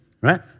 right